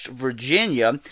Virginia